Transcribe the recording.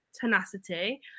tenacity